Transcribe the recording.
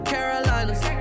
Carolinas